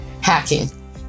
Hacking